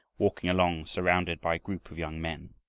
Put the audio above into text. walking along surrounded by a group of young men.